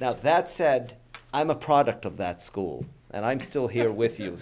that that said i'm a product of that school and i'm still here with you